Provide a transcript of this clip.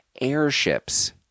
airships